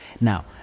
Now